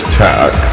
tax